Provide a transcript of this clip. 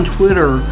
Twitter